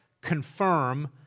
confirm